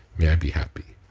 may i be happy.